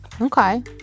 Okay